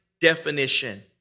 definition